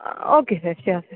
okay sir sure sir